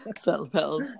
Self-help